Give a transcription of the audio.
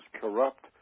corrupt